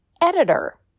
editor